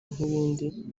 nk’ibindi